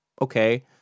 okay